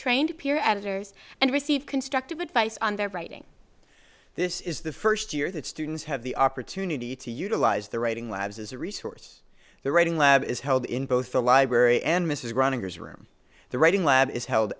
trained peer at it or and receive constructive advice on their writing this is the first year that students have the opportunity to utilize their writing labs as a resource the writing lab is held in both the library and mrs running his room the writing lab is held